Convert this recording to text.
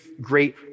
great